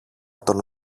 τον